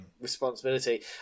responsibility